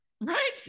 right